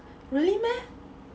really meh